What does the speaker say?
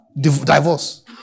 Divorce